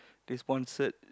they sponsored